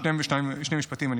שני משפטים.